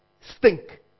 stink